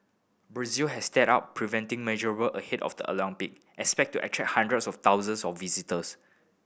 Brazil has stepped up preventing measure ahead of the Olympic expected to attract hundreds of thousands of visitors